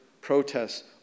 protests